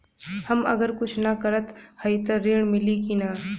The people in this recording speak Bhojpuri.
हम अगर कुछ न करत हई त ऋण मिली कि ना?